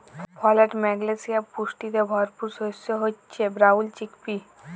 folate, magnesium পুষ্টিতে ভরপুর শস্য হচ্যে ব্রাউল চিকপি